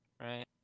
right